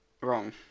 wrong